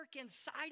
inside